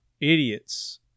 idiots